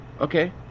Okay